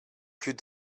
plus